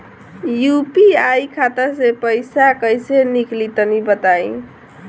UPI खाता से पइसा कइसे निकली तनि बताई?